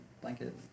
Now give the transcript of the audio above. blanket